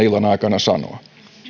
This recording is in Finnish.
illan aikana sanoa